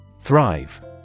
Thrive